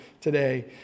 today